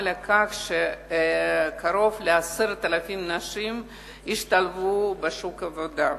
לכך שקרוב ל-10,000 נשים השתלבו בשוק העבודה.